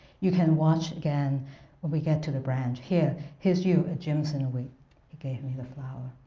you can watch again when we get to the branch. here. here's you a jimson weed. he gave me the flower.